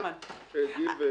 להגיד,